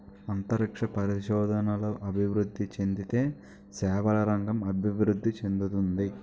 అంతరిక్ష పరిశోధనలు అభివృద్ధి చెందితే సేవల రంగం అభివృద్ధి చెందుతుంది